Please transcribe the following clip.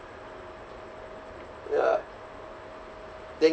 ya